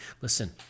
Listen